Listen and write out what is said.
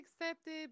accepted